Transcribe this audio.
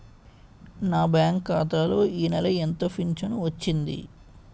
నా బ్యాంక్ ఖాతా లో ఈ నెల ఎంత ఫించను వచ్చింది?